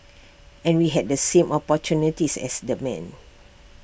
and we had the same opportunities as the men